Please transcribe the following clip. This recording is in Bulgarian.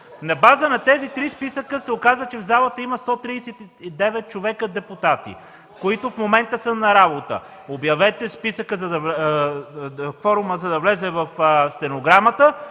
На базата на тези три списъка се оказа, че в залата има 139 депутати, които в момента са на работа. Обявете кворума, за да влезе в стенограмата,